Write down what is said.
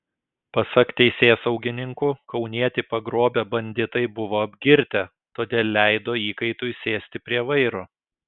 pasak teisėsaugininkų kaunietį pagrobę banditai buvo apgirtę todėl leido įkaitui sėsti prie vairo